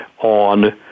on